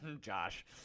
Josh